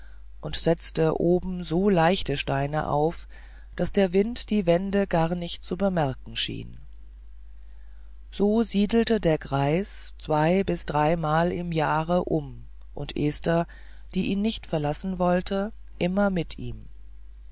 und setzte oben so leichte steine auf daß der wind die wände gar nicht zu bemerken schien so siedelte der greis zwei bis dreimal im jahre um und esther die ihn nicht verlassen wollte immer mit ihm